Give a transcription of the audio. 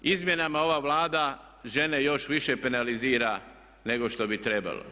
Izmjenama ova Vlada žene još više penalizira nego što bi trebalo.